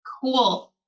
Cool